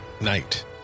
Night